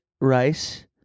rice